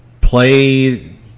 play